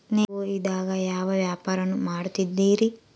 ನೇವು ಇದೇಗ ಯಾವ ವ್ಯಾಪಾರವನ್ನು ಮಾಡುತ್ತಿದ್ದೇರಿ?